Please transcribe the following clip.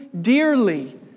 dearly